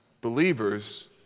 believers